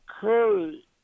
Curry